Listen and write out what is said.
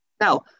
Now